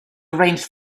arrange